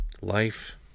life